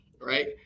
right